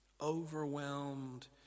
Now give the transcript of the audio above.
overwhelmed